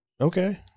okay